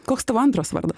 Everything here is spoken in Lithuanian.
koks tavo antras vardas